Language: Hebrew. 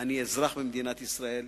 אני אזרח במדינת ישראל,